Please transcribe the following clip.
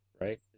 right